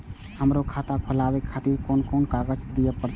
हमरो खाता खोलाबे के खातिर कोन कोन कागज दीये परतें?